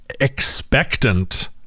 expectant